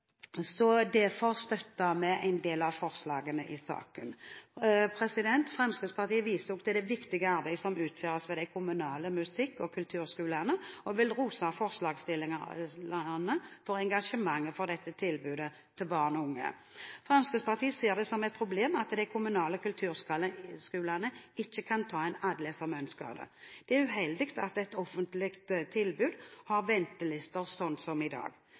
Derfor støtter vi en del av forslagene i saken. Fremskrittspartiet viser også til det viktige arbeidet som utføres ved de kommunale musikk- og kulturskolene, og vil rose forslagsstillerne for engasjementet for dette tilbudet til barn og unge. Fremskrittspartiet ser det som et problem at de kommunale kulturskolene ikke kan ta inn alle som ønsker det. Det er uheldig at et offentlig tilbud har ventelister som i dag.